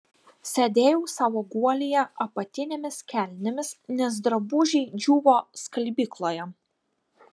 sėdėjau savo guolyje apatinėmis kelnėmis nes drabužiai džiūvo skalbykloje